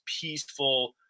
peaceful